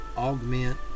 Augment